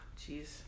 jeez